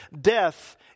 Death